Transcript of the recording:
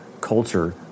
culture